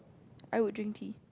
I would drink tea